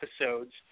episodes